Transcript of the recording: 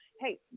hey